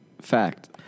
fact